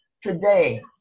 Today